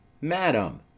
madam